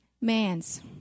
man's